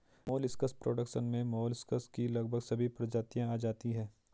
molluscs production में molluscs की लगभग सभी प्रजातियां आ जाती हैं